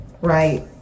right